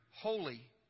holy